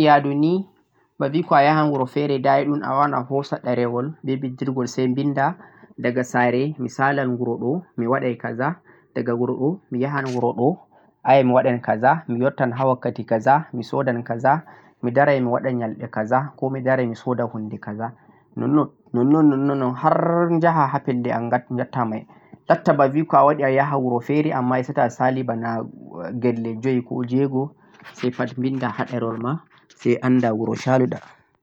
toh a wadai yaadu ni ko a yahan gwaddo fere daa yedhum awaawan a hoosa darewol be jurgel sai binda gdaga saare mi saalan wuuro dhoo mi waadai kaza daga wuuro dhoo mi yahan wuuro dhoo a waadan kaza mi wadan wakkati mi soodan kaza mi daran mi wadan yamde kaza ko darai mi soodan hundugo kaza non-non non-non har jaha haa pedde angataa mei lottaba vie kam a yaha wuuro fere amma ittata sali boona gelle joe ko gelle joe'go ko pad binda haa dherol ma sai anda wuuro saluda